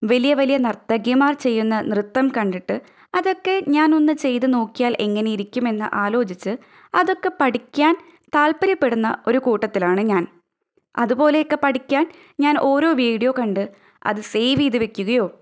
വലിയ വലിയ നർത്തകിമാർ ചെയ്യുന്ന നൃത്തം കണ്ടിട്ട് അതൊക്കെ ഞാൻ ഒന്ന് ചെയ്തു നോക്കിയാൽ എങ്ങനെ ഇരിക്കും എന്ന് ആലോചിച്ച് അതൊക്കെ പഠിക്കാൻ താത്പര്യപ്പെടുന്ന ഒരു കൂട്ടത്തിലാണ് ഞാൻ അതുപോലെയൊക്കെ പഠിക്കാൻ ഞാൻ ഓരോ വീഡിയോ കണ്ട് അത് സേവ് ചെയ്ത് വെയ്ക്കുകയോ